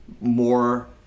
more